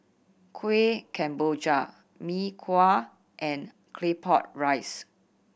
Kueh Kemboja Mee Kuah and Claypot Rice